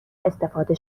استفاده